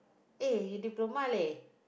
eh you diploma leh